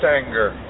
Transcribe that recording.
anger